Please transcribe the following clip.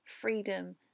freedom